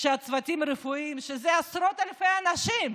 שהצוותים הרפואיים, שאלו עשרות אלפי אנשים,